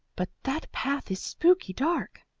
but that path is spooky dark,